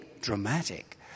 dramatic